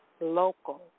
local